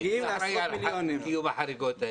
מי אחראי על קיום החריגות?